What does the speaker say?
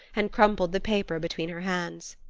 and crumpled the paper between her hands.